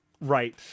right